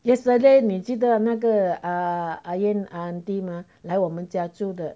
yesterday 你记得那个 err iron auntie mah 来我们家住的